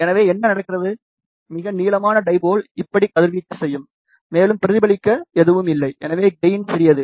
எனவே என்ன நடக்கிறது மிக நீளமான டைபோல் இப்படி கதிர்வீச்சு செய்யும் மேலும் பிரதிபலிக்க எதுவும் இல்லை எனவே கெயின் சிறியது